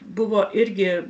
buvo irgi